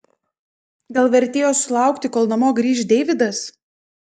gal vertėjo sulaukti kol namo grįš deividas